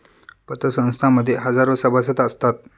पतसंस्थां मध्ये हजारो सभासद असतात